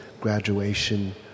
graduation